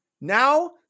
Now